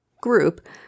group